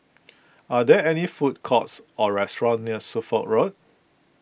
are there any food courts or restaurants near Suffolk Road